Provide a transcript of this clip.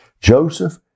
Joseph